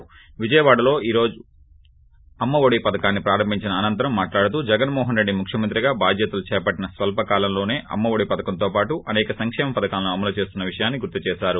ొవిజయవాడలో ఆయన ఈ రోజు అమ్మ ఒడి పథకాన్ని ప్రారంభించిన అనంతరం మాట్లాడుతూ జగన్మోహన్ రెడ్డి ముఖ్యమంత్రిగా బాధ్యతలు చేపట్లిన స్వల్స కాలంలోనే అమ్మ ఒడి పథకంతో పాటు అనేక సంకేమ పథకాలను అమలు చేస్తున్న వీషయాన్ని గుర్తు చేశారు